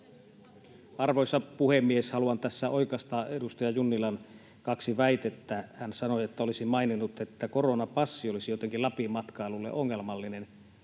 Arvoisa puhemies! Haluan tässä oikaista edustaja Junnilan kaksi väitettä: Hän sanoi, että olisin maininnut, että koronapassi olisi jotenkin Lapin matkailulle ongelmallinen.